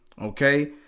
okay